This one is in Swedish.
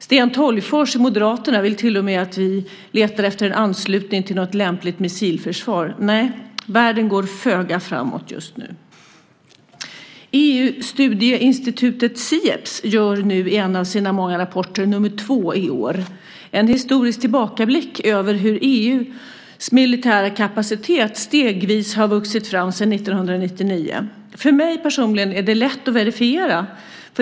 Sten Tolgfors, Moderaterna, vill till och med att vi tittar efter en anslutning till något lämpligt missilförsvar. Världen går föga framåt just nu. EU-studieinstitutet Sieps gör i en av sina många rapporter - nr 2 i år - en historisk tillbakablick över hur EU:s militära kapacitet stegvis har vuxit fram sedan 1999. För mig personligen är det lätt att verifiera.